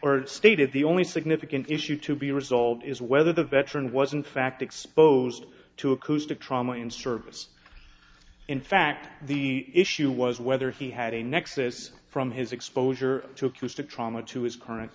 or stated the only significant issue to be resolved is whether the veteran was in fact exposed to acoustic trauma in service in fact the issue was whether he had a nexus from his exposure to clues to trauma to his current